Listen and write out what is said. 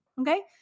Okay